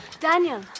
Daniel